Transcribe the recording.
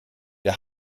der